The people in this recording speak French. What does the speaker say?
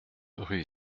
rue